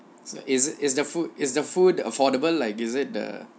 so is is the food is the food affordable like is it the